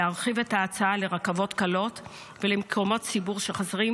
להרחיב את ההצעה לרכבות קלות ולמקומות ציבור שבהם